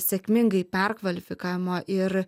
sėkmingai perkvalifikavimo ir